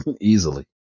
Easily